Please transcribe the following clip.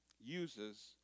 uses